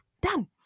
Done